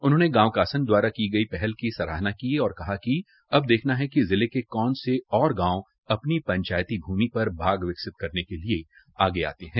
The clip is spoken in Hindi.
उन्होंने गांव कासन द्वारा की गई पहल की सराहना की और कहा कि अब देखना है कि जिलें के कौन से और गांव अपनी पंचायती भूमि पर बाग विकसित करने के लिए आगे आते हैं